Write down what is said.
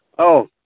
ꯑꯥꯎ